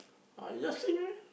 just sing